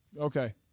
Okay